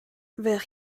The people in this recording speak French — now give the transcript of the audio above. vers